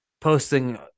posting